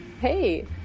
Hey